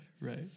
Right